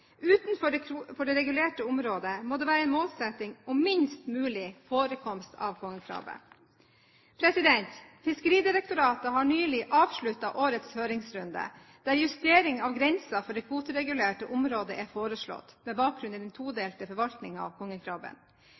Utenfor det regulerte området må det være en målsetting om minst mulig forekomst av kongekrabbe. Fiskeridirektoratet har nylig avsluttet årets høringsrunde, der justering av grenser for det kvoteregulerte området er foreslått, med bakgrunn i den todelte forvaltningen av